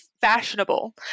fashionable